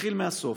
אתחיל מהסוף: